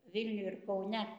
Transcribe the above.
vilniuj ir kaune